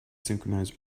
synchronize